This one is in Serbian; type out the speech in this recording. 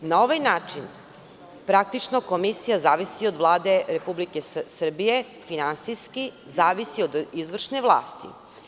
Na ovaj način Komisija zavisi od Vlade Republike Srbije i finansijski zavisi od izvršne vlasti.